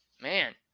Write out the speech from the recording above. Man